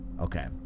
okay